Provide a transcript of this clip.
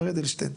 מר אדלשטיין,